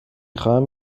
خواهم